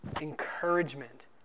Encouragement